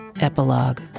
Epilogue